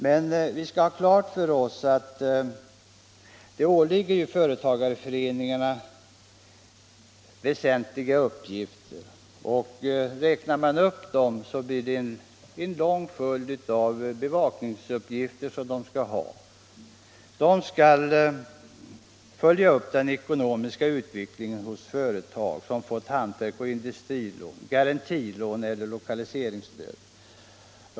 Men vi skall ha klart för oss att det är väsentliga uppgifter som åligger företagareföreningarna, och de har en lång rad bevakningsuppgifter. De skall följa upp den ekonomiska utvecklingen hos företag som fått hantverks och industrilån, garantilån eller lokaliseringsstöd.